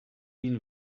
been